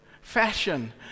fashion